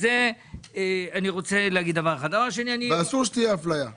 ואסור שתהיה אפליה.